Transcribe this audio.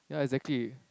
ya exactly